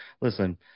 listen